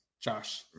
Josh